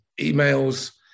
emails